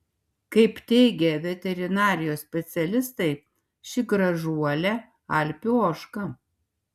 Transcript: kaip teigė veterinarijos specialistai ši gražuolė alpių ožka